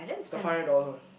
the five hundred dollars one